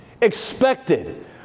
expected